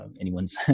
anyone's